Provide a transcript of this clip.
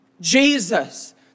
Jesus